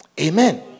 Amen